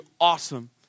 awesome